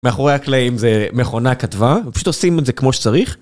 מאחורי הקלעים זה מכונה כתבה, פשוט עושים את זה כמו שצריך.